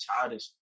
childish